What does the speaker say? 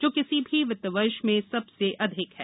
जो किसी भी वित्तवर्ष में सबसे अधिक है